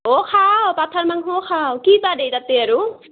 অঁ খাওঁ পাঠাৰ মাংসও খাওঁ কি বা দে তাতে আৰু